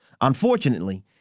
Unfortunately